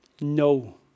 No